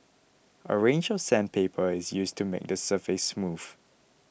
a range of sandpaper is used to make the surface smooth